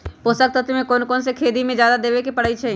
पोषक तत्व क कौन कौन खेती म जादा देवे क परईछी?